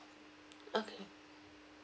okay